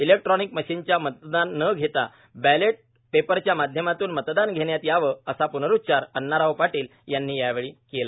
electronic मशीनच्या मतदान न घेता बॅलेट पेपरच्या माध्यमातून मतदान घेण्यात यावयात असा प्रूच्चार अण्णाराव पाटील यांनी यावेळी केला